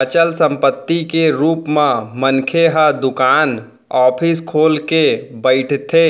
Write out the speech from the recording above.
अचल संपत्ति के रुप म मनखे ह दुकान, ऑफिस खोल के बइठथे,